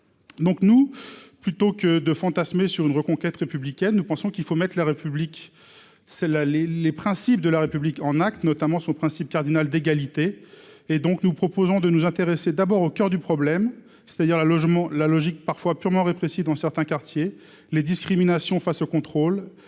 donc nous plutôt que de fantasmer sur une reconquête républicaine, nous pensons qu'il faut mettre la République c'est la les les principes de la République en actes notamment son principe cardinal d'égalité et donc nous proposons de nous intéresser d'abord au coeur du problème, c'est-à-dire la logement la logique parfois purement répressif dans certains quartiers, les discriminations face au contrôle